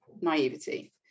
naivety